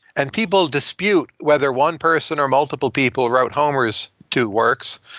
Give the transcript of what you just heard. and people dispute whether one person or multiple people wrote homer's two works,